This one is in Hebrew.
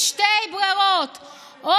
הבעיה היא שההצעה שלך נותנת כוח לבג"ץ.